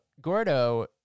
Gordo